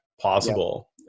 possible